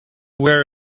were